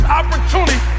opportunity